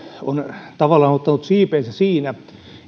on tavallaan ottanut siipeensä siinä